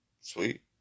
sweet